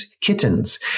kittens